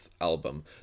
album